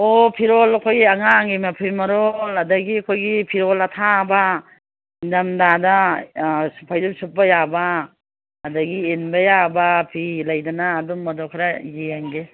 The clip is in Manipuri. ꯑꯣ ꯐꯤꯔꯣꯟ ꯑꯩꯈꯣꯏ ꯑꯉꯥꯡꯒꯤ ꯃꯐꯤ ꯃꯔꯣꯟ ꯑꯗꯒꯤ ꯑꯩꯈꯣꯏꯒꯤ ꯐꯤꯔꯣꯟ ꯑꯊꯥꯕ ꯏꯪꯗꯝꯗꯥꯗ ꯐꯩꯖꯨꯞ ꯁꯨꯞꯄ ꯌꯥꯕ ꯑꯗꯒꯤ ꯏꯟꯕ ꯌꯥꯕ ꯐꯤ ꯂꯩꯗꯅ ꯑꯗꯨꯝꯕꯗꯣ ꯈꯔ ꯌꯦꯡꯒꯦ